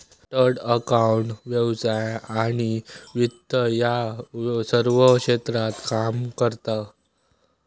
chartered accountant व्यवसाय आणि वित्त या सर्व क्षेत्रात काम करता